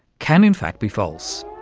can in fact be false,